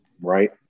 right